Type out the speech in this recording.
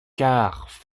car